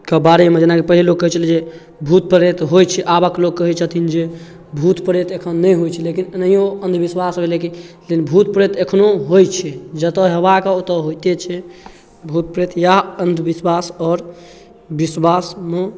के बारेमे जेनाकि पहिले लोक कहै छलै जे भूत प्रेत होइ छै आबक लोक कहै छथिन जे भूत प्रेत एखन नहि होइ छै लेकिन एनाहियो अन्धविश्वास भेलै कि लेकिन भूत प्रेत एखनो होइ छै जतऽ हेबाके ओतऽ होइते छै भूत प्रेत इएह अन्धविश्वास आओर विश्वासमे